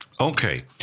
Okay